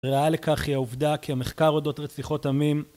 ראיה לכך היא העובדה כי המחקר אודות רציחות המין